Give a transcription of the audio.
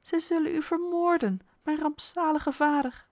zij zullen u vermoorden mijn rampzalige vader